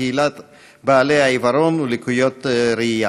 שעניינו הגברת המודעות לקהילת בעלי העיוורון ולקויות ראייה.